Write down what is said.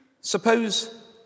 Suppose